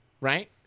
Right